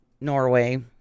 Norway